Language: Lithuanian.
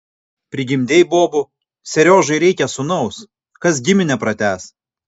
prigimdei bobų seriožai reikia sūnaus kas giminę pratęs